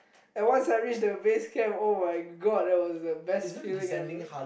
and once I reach the base camp [oh]-my-god that was the best feeling ever